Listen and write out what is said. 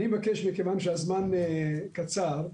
מכיוון שהזמן קצר,